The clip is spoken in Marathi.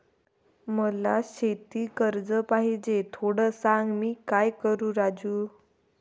मला शेती कर्ज पाहिजे, थोडं सांग, मी काय करू राजू?